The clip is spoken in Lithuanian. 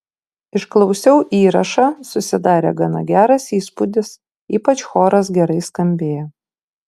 išklausiau įrašą susidarė gana geras įspūdis ypač choras gerai skambėjo